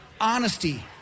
honesty